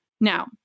Now